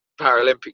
Paralympic